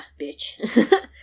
bitch